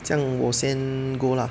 这样我先 go lah